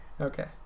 okay